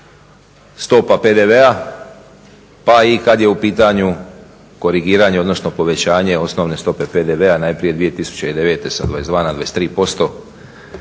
stopa PDV-a pa i kad je u pitanju korigiranje, odnosno povećanje osnovne stope PDV-a. Najprije 2009. sa 22 na 23%,